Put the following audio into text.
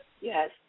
Yes